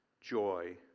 joy